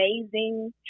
amazing